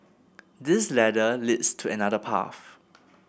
this ladder leads to another path